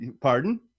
Pardon